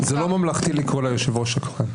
זה לא ממלכתי לקרוא ליושב-ראש שקרן.